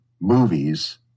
movies